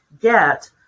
get